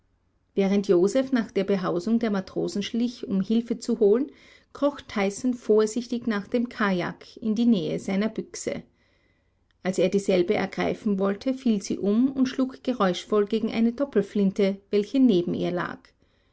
während joseph nach der behausung der matrosen schlich um hilfe zu holen kroch tyson vorsichtig nach dem kajak in die nähe seiner büchse als er dieselbe ergreifen wollte fiel sie um und schlug geräuschvoll gegen eine doppelflinte welche neben ihr lag